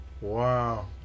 wow